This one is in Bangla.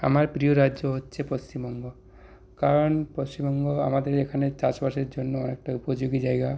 আমার প্রিয় রাজ্য হচ্ছে পশ্চিমবঙ্গ কারণ পশ্চিমবঙ্গ আমাদের এখানে চাষবাসের জন্য একটা উপযোগী জায়গা